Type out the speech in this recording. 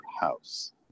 house